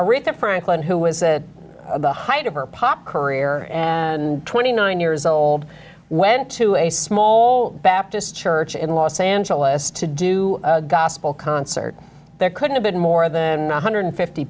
if the franklin who was the height of her pop career and twenty nine years old went to a small baptist church in los angeles to do gospel concert there couldn't have been more than one hundred fifty